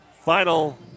final